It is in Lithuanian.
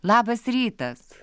labas rytas